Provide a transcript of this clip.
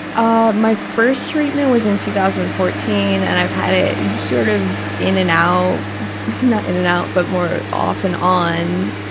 ah my first treatment was in two thousand and fourteen, and i've had it sort of in and out not in and out but more off and on